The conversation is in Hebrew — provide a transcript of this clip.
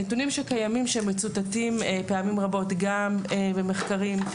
נתונים שקיימים ושמצוטטים פעמים רבות גם במחקרים,